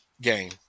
game